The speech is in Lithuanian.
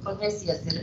profesijas ir